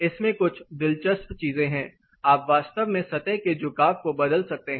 इसमें कुछ दिलचस्प चीजें हैं आप वास्तव में सतह के झुकाव को बदल सकते हैं